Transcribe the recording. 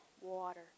Water